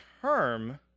term